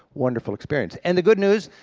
wonderful experience. and the good news,